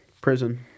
prison